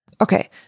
Okay